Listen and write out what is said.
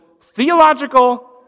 theological